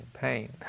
pain